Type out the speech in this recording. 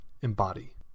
embody